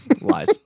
Lies